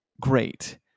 great